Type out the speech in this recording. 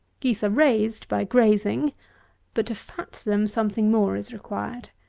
geese are raised by grazing but to fat them something more is required.